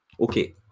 Okay